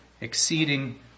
exceeding